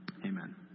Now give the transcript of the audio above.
Amen